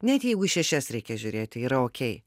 net jeigu šešias reikia žiūrėti yra okei